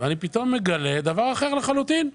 ופתאום מגלה דבר אחר לחלוטין.